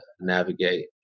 navigate